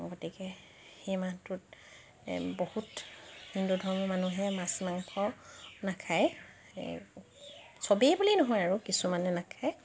গতিকে সেই মাহটোত বহুত হিন্দু ধৰ্মৰ মানুহে মাছ মাংস নাখায় চবেই বুলিয়েই নহয় আৰু কিছুমানে নাখায়